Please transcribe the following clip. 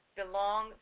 belong